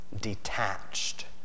detached